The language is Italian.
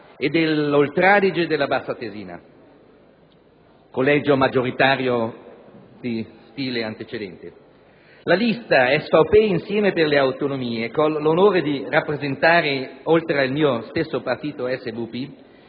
dell'Oltradige e della Bassa Atesina, collegio maggioritario di stile antecedente. La lista SVP-Insieme per le Autonomie, che ho l'onore di rappresentare oltre al mio stesso partito SVP,